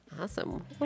awesome